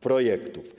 projektów.